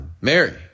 Mary